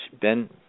Ben